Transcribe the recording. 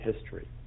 history